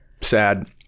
sad